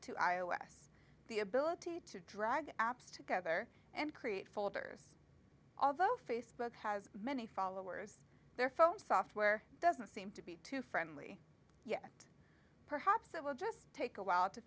to i o s the ability to drag apps together and create folders although facebook has many followers their phone software doesn't seem to be too friendly yet perhaps it will just take a while to